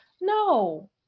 No